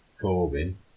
Corbin